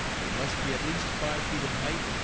they must be at least five feet in height,